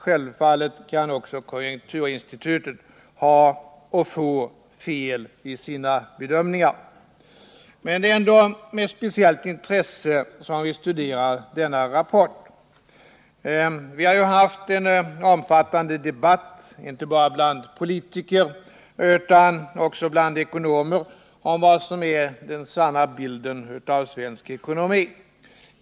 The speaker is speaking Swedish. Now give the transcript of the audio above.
Självfallet kan också konjunkturinstitutet ha och göra ha och göra fel i sina bedömningar. Men det är ändå med speciellt intresse vi studerar denna rapport. Vi har ju haft en omfattande debatt — inte bara bland politiker utan också bland ekonomer — om vad som är den sanna bilden av svensk ekonomi.